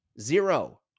Zero